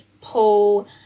pull